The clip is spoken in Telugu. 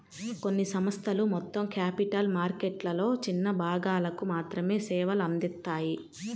కొన్ని సంస్థలు మొత్తం క్యాపిటల్ మార్కెట్లలో చిన్న భాగాలకు మాత్రమే సేవలు అందిత్తాయి